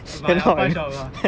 my pa shop ah